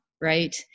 right